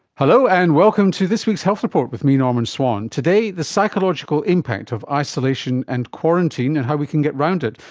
hello and welcome to this week's health report with me, norman swan. today, the psychological impact of isolation and quarantine and how we can get around it,